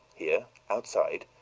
here, outside,